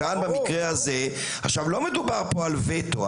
לא מדובר פה על וטו.